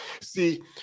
see